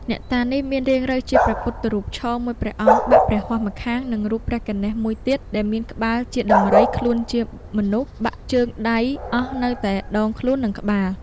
អ្នកតានេះ មានរាងរៅជាព្រះពុទ្ធរូបឈរមួយព្រះអង្គ បាក់ព្រះហស្តម្ខាង និងរូបព្រះគណេស មួយទៀត ដែលមានក្បាលជាដំរីខ្លួនជាមនុស្ស បាក់ជើង-ដៃអស់នៅតែដងខ្លួននិងក្បាល